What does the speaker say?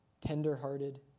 tender-hearted